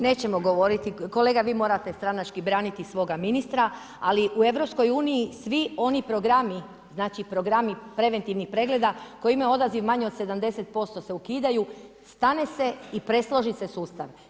Nećemo govoriti, kolega vi morate stranački braniti svoga ministra ali u EU-u svi oni programi, znači programi preventivnih pregleda koji imaju odaziv manje od 70% se ukidaju, stane se i presloži se sustav.